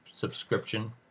subscription